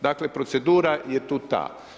Dakle, procedura je tu ta.